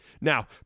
Now